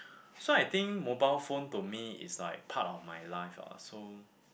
so I think mobile phone to me is like part of my life lah so